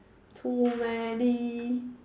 too many